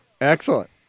Excellent